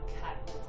cut